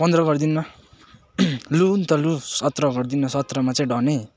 पन्ध्र गरिदिनु न लु न त लु सत्र गरिदिनु न सत्रमा चाहिँ डन है